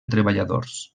treballadors